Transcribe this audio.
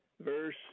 Verse